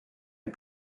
est